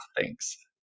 thanks